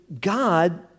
God